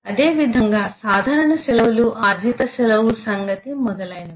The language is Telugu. అదేవిధంగా సాధారణ సెలవులు ఆర్జిత సెలవు సంగతి మొదలైనవి